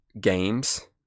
games